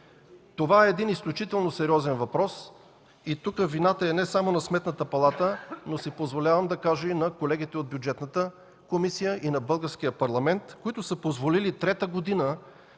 Това е един изключително сериозен въпрос и тук вината е не само на Сметната палата, но си позволявам да кажа – и на колегите от Бюджетната комисия, и на Българския парламент, които са позволили трета година